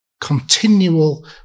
continual